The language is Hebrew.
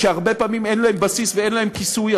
שהרבה פעמים אין להן בסיס ואין להן כיסוי,